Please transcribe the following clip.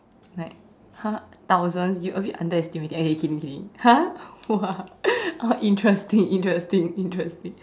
like !huh! thousand you a bit underestimating eh kidding kidding !huh! what interesting interesting interesting